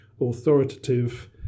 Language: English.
authoritative